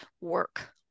work